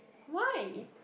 why